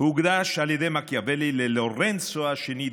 הוא הוקדש על ידי מקיאוולי ללורנצו השני,